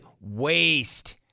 waste